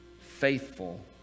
faithful